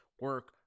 Work